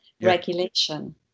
regulation